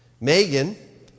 Megan